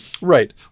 Right